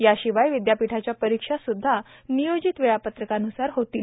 याशिवाय विदयापीठाच्या परीक्षा स्दधा नियोजित वेळापत्रकान्सार होतील